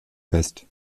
fest